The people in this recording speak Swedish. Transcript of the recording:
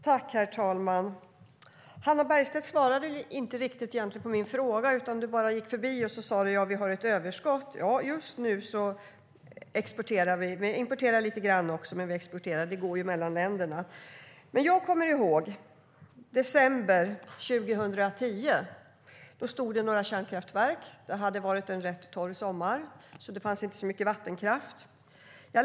Herr talman! Hannah Bergstedt svarade egentligen inte på min fråga. Hon gick bara förbi den och sade att vi har ett överskott. Ja, just nu exporterar vi. Vi importerar lite grann också, men vi exporterar. Det går ju mellan länderna. Jag kommer ihåg december 2010. Då var det några kärnkraftverk som stod stilla. Det hade varit en rätt torr sommar, så det fanns inte så mycket vattenkraft.